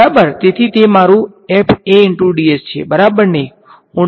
તેથી તે મારું છે બરાબરને